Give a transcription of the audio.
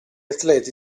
atleti